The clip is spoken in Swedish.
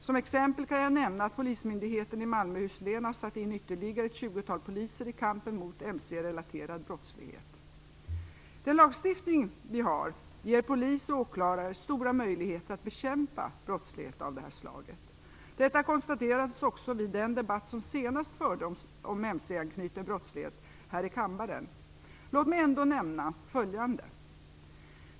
Som exempel kan jag nämna att polismyndigheten i Malmöhus län har satt in ytterligare ett tjugotal poliser i kampen mot mc-relaterad brottslighet. Den lagstiftning vi har ger polis och åklagare stora möjligheter att bekämpa brottslighet av det här slaget. Detta konstaterades också vid den debatt som senast fördes om mc-anknuten brottslighet här i kammaren. Låt mig ändå nämna följande.